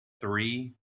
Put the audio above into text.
three